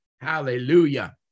Hallelujah